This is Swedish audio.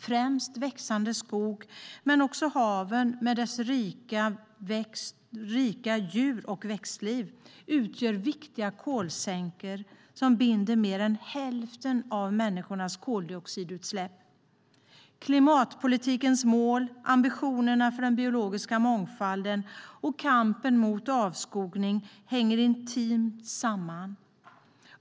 Främst växande skog men även haven med deras rika djur och växtliv utgör viktiga kolsänkor som binder mer än hälften av människornas koldioxidutsläpp. Klimatpolitikens mål, ambitionerna för den biologiska mångfalden och kampen mot avskogning hänger intimt samman.